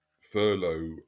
furlough